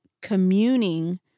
communing